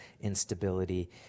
instability